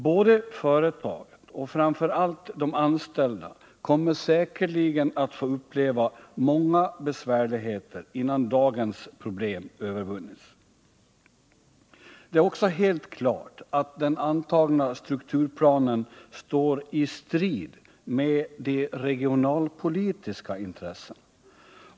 Både företaget och framför allt de anställda kommer säkerligen att få uppleva många besvärligheter innan dagens problem övervunnits. Det är också helt klart att den antagna strukturplanen står i strid med de regionalpolitiska intressena.